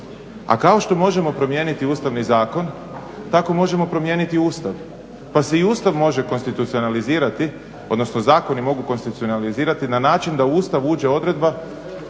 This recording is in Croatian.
A kao što možemo promijeniti Ustavni zakon tako možemo promijeniti Ustav. Pa se i Ustav može konstitucionalizirati odnosno zakoni mogu konstitucionalizirati na način da u Ustav uđe odredba